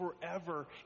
forever